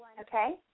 Okay